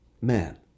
Man